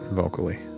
vocally